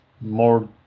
more